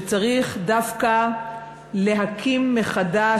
שצריך דווקא להקים מחדש,